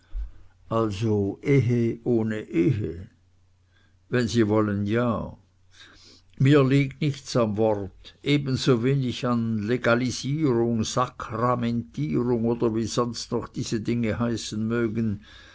also ehe ohne ehe wenn sie wollen ja mir liegt nichts am wort ebensowenig wie an legalisierung sakramentierung oder wie sonst noch diese dinge heißen mögen